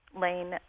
lane